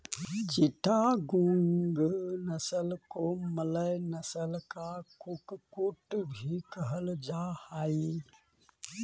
चिटागोंग नस्ल को मलय नस्ल का कुक्कुट भी कहल जा हाई